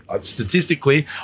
statistically